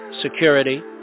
security